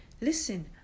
listen